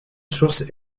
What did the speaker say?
source